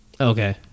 okay